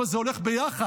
אבל זה הולך ביחד.